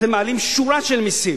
אתם מעלים שורה של מסים